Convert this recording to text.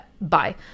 bye